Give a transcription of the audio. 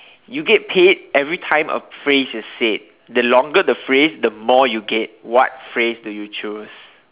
you get paid every time of phrase you said the longer the phrase the more you get what phrase do you choose